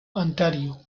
ontario